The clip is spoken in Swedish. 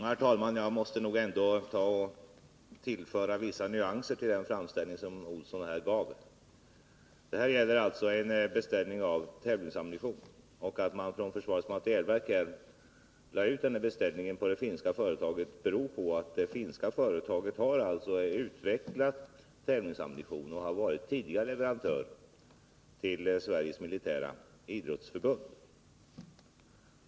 Herr talman! Jag måste nog tillföra den framställning som Gunnar Olsson här gjorde vissa nyanser. Frågan gäller alltså en beställning av tävlingsammunition. Att försvarets materielverk lade ut beställningen på det finska företaget, beror på att det finska företaget har utvecklat tävlingsammunition och tidigare levererat tävlingsammunition till Sveriges militära idrottsförbund.